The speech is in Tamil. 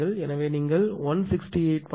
எனவே நீங்கள் 168